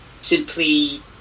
simply